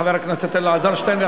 חבר הכנסת אלעזר שטרן,